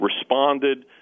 responded